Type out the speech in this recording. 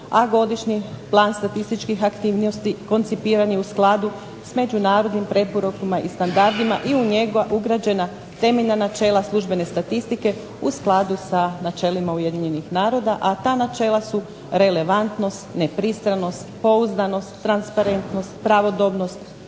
a godišnji plan statističkih aktivnosti koncipiran je u skladu s međunarodnim preporukama i standardima i u njega ugrađena temeljna načela službene statistike u skladu sa načelima Ujedinjenih naroda, a ta načela su relevantnost, nepristranost, pouzdanost, transparentnost, pravodobnost,